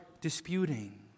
disputing